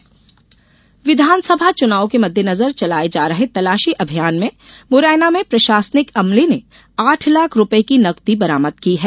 नगदी जब्त विधानसभा चुनाव के मद्देनजर चलाये जा रहे तलाशी अभियान में मुरैना में प्रशासनिक अमले ने आठ लाख रूपये की नगदी बरामद की है